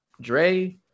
Dre